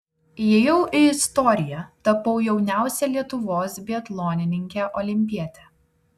įėjau į istoriją tapau jauniausia lietuvos biatlonininke olimpiete